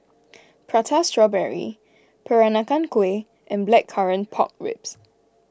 Prata Strawberry Peranakan Kueh and Blackcurrant Pork Ribs